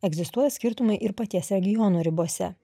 egzistuoja skirtumai ir paties regiono ribose